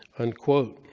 unquote.